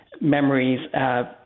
memories